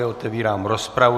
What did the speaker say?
Otevírám rozpravu.